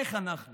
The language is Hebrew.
איך אנחנו